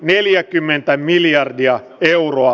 neljäkymmentä miljardia viulua